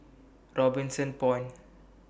Robinson Point